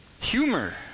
Humor